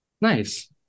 Nice